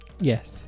Yes